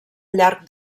llarg